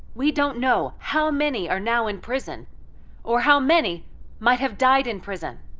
we don't know how many are now in prison or how many might have died in prison.